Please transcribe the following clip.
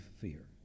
fear